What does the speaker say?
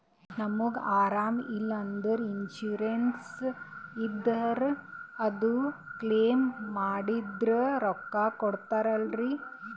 ನಮಗ ಅರಾಮ ಇಲ್ಲಂದ್ರ ಇನ್ಸೂರೆನ್ಸ್ ಇದ್ರ ಅದು ಕ್ಲೈಮ ಮಾಡಿದ್ರ ರೊಕ್ಕ ಕೊಡ್ತಾರಲ್ರಿ?